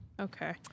okay